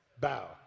bow